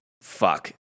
fuck